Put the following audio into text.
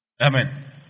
Amen